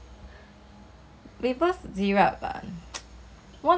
有 maple syrup meh 我都没有加 maple syrup for you all